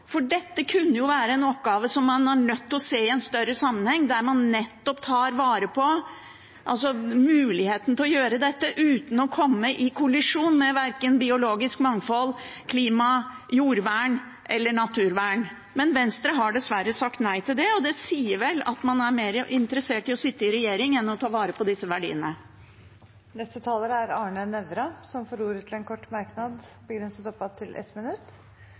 utredes. Dette kunne være en oppgave som man er nødt til å se i en større sammenheng, der man nettopp tar vare på muligheten til å gjøre dette uten å komme i kollisjon med verken biologisk mangfold, klima, jordvern eller naturvern. Men Venstre har dessverre sagt nei til det, og det sier vel at man er mer interessert i å sitte i regjering enn å ta vare på disse verdiene. Representanten Arne Nævra har hatt ordet to ganger tidligere og får ordet til en kort merknad, begrenset til 1 minutt.